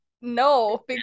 No